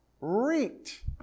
reeked